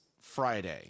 Friday